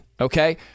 Okay